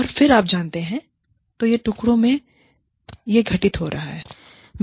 और फिर आप जानते हैं तो यह टुकड़ों मेंयह घटित हो रहा है